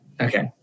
Okay